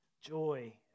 joy